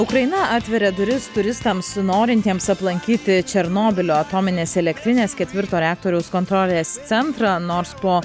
ukraina atveria duris turistams norintiems aplankyti černobylio atominės elektrinės ketvirto reaktoriaus kontrolės centrą nors po